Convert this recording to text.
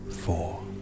Four